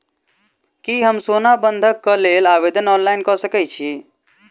की हम सोना बंधन कऽ लेल आवेदन ऑनलाइन कऽ सकै छी?